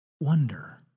Wonder